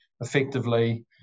effectively